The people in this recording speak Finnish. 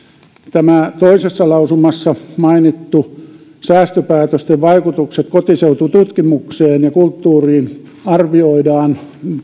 toisessa lausumassa mainittu lause säästöpäätösten vaikutukset kotiseutututkimukseen ja kulttuuriin arvioidaan